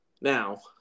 now